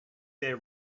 day